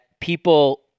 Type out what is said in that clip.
people